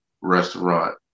restaurant